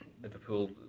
Liverpool